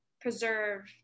preserve